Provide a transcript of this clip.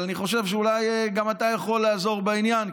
אבל אני חושב שאולי גם אתה יכול לעזור בעניין,